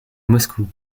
moscou